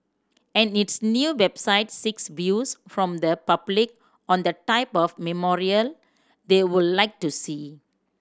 and its new website seeks views from the public on their type of memorial they would like to see